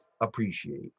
appreciate